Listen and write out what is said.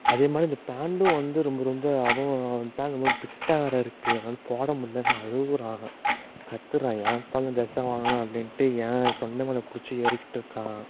அதேமாதிரி அந்த பேண்ட்டும் வந்து ரொம்ப ரொம்ப அவன் பேண்ட் ரொம்ப பிட்டாக வேறே இருக்குது அவனால் போட முடிலன்னு அழுகிறான் கத்துகிறான் ஏம்ப்பா இந்த ட்ரெஸை வாங்கினே அப்படின்ட்டு என் தொண்டை மேலே பிடிச்சி ஏறிக்கிட்டிருக்கான்